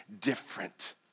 different